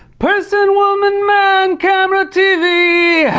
person, woman, man, camera, tv,